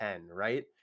right